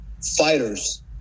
fighters